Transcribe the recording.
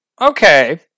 Okay